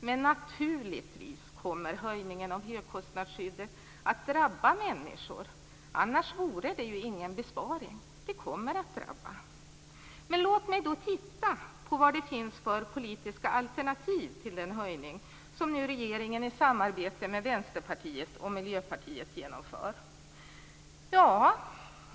Men naturligtvis kommer höjningen av högkostnadsskyddet att drabba människor. Annars vore det ju ingen besparing. Låt mig då titta på vad det finns för politiska alternativ till den höjning som regeringen nu i samarbete med Vänsterpartiet och Miljöpartiet genomför.